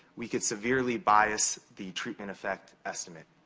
we could severely bias the treatment effect estimate.